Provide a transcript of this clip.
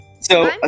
So-